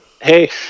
Hey